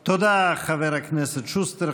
תודה, חבר הכנסת שוסטר.